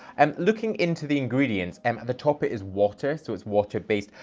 and looking into the ingredients and at the top, it is water, so it's water based.